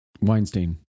Weinstein